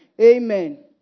Amen